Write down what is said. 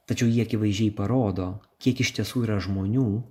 tačiau jie akivaizdžiai parodo kiek iš tiesų yra žmonių